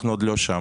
אנחנו עוד לא שם.